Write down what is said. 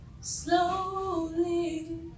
slowly